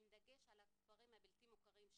עם דגש על הכפרים הבלתי מוכרים,